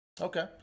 Okay